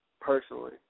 Personally